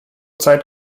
zeit